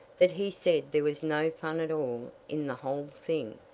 that he said there was no fun at all in the whole thing.